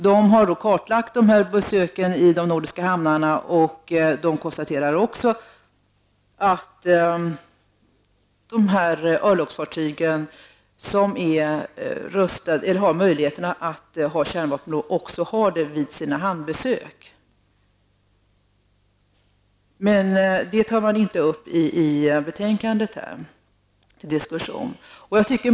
Den har kartlagt dessa besök i de nordiska hamnarna och konstaterar att örlogsfartyg som har möjligheter att ha kärnvapen också har det vid sina hamnbesök. Detta tar man inte upp till diskussion i betänkandet.